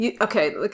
okay